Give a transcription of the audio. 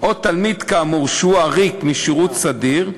או תלמיד, כאמור, שהוא עריק משירות סדיר,